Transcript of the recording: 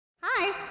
hi